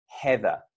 Heather